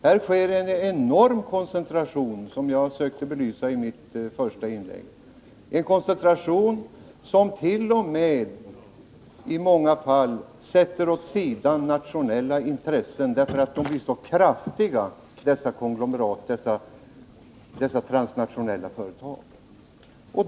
Här sker en enorm koncentration, såsom jag försökte belysa i mitt första inlägg, en koncentration som t.o.m. i många fall sätter åt sidan nationella intressen, därför att dessa transnationella företag är så starka.